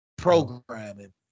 Programming